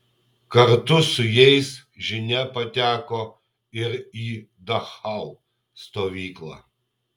kartu su jais žinia pateko ir į dachau stovyklą